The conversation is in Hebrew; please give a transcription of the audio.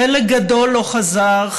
חלק גדול לא חזרו,